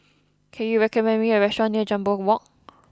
can you recommend me a restaurant near Jambol Walk